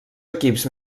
equips